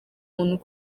umuntu